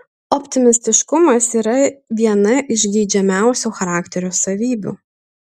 optimistiškumas yra viena iš geidžiamiausių charakterio savybių